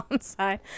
side